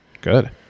good